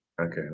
Okay